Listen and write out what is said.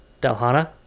Dalhana